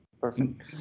Perfect